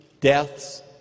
deaths